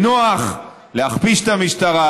זה נוח להכפיש את המשטרה,